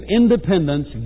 independence